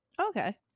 Okay